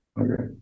okay